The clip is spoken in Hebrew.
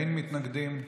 אין מתנגדים.